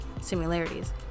similarities